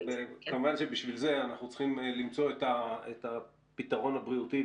כמובן שבשביל זה אנחנו צריכים למצוא את הפתרון הבריאותי,